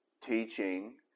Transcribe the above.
teaching